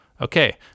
Okay